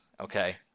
okay